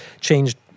changed